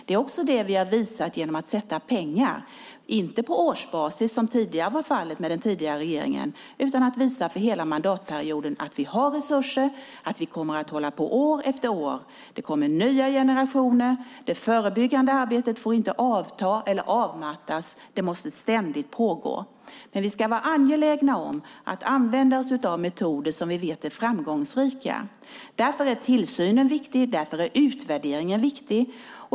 Det är det vi har visat genom att anslå pengar, men inte på årsbasis som förut var fallet med den tidigare regeringen. Vi har visat för hela mandatperioden att vi har resurser och kommer att hålla på år efter år. Det kommer nya generationer. Det förebyggande arbetet får inte avta eller avmattas utan måste ständigt pågå. Vi ska vara angelägna om att använda oss av metoder som vi vet är framgångsrika. Därför är tillsynen och utvärderingen viktig.